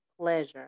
pleasure